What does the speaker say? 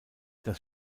das